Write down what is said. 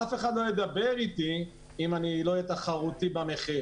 אף אחד לא ידבר איתי אם אני לא אהיה תחרותי במחיר.